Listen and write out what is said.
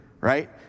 Right